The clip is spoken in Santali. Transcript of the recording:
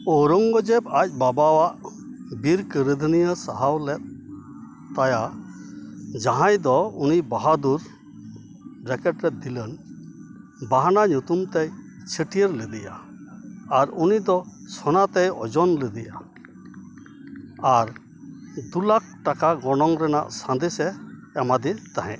ᱳᱣᱨᱚᱝᱜᱚᱡᱮᱵᱽ ᱟᱡ ᱵᱟᱵᱟᱣᱟᱜ ᱵᱤᱨ ᱠᱟᱹᱨᱫᱷᱟᱹᱱᱤᱭ ᱥᱟᱦᱟᱣ ᱞᱮᱫ ᱛᱟᱭᱟ ᱡᱟᱦᱟᱸᱭ ᱫᱚ ᱩᱱᱤ ᱵᱟᱦᱟᱫᱩ ᱵᱨᱠᱮᱴᱮ ᱨᱮ ᱫᱤᱞᱟᱱ ᱵᱟᱦᱱᱟ ᱧᱩᱛᱩᱢ ᱛᱮᱭ ᱪᱷᱟᱹᱴᱭᱟᱹᱨ ᱞᱮᱫᱮᱭᱟ ᱟᱨ ᱩᱱᱤ ᱫᱚ ᱥᱳᱱᱟ ᱛᱮᱭ ᱳᱡᱚᱱ ᱞᱮᱫᱮᱭᱟ ᱟᱨ ᱫᱩ ᱞᱟᱠᱷ ᱴᱟᱠᱟ ᱜᱚᱱᱚᱝ ᱨᱮᱱᱟᱜ ᱥᱟᱸᱫᱮᱥ ᱮ ᱮᱢᱟᱫᱮ ᱛᱟᱦᱮᱸᱫ